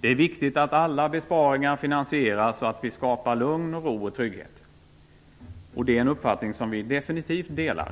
Det är viktigt att alla besparingar finansieras och att vi skapar lugn och ro och trygghet. Det är en uppfattning som vi definitivt delar.